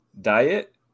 diet